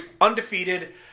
undefeated